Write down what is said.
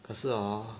可是 hor